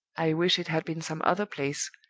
i wish it had been some other place,